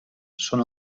són